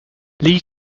lee